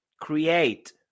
Create